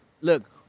look